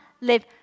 live